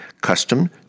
custom